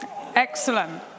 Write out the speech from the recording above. Excellent